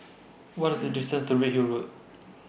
What IS The distance to Redhill Road